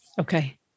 Okay